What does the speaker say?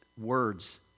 words